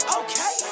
okay